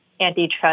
antitrust